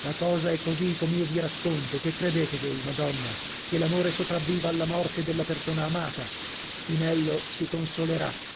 la cosa è così com'io vi racconto che credete voi madonna che l'amore sopravviva alla morte della persona amata spinello si consolerà